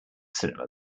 cinema